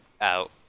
out